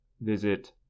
visit